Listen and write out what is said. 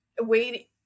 wait